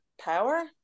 power